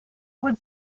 would